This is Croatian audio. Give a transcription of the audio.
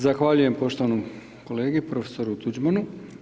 Zahvaljujem poštovanom kolegi, profesoru Tuđmanu.